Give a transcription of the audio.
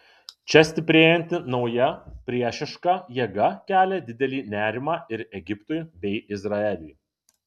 čia stiprėjanti nauja priešiška jėga kelia didelį nerimą ir egiptui bei izraeliui